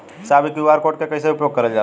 साहब इ QR code के कइसे उपयोग करल जाला?